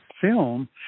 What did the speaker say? Film